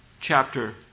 chapter